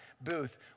booth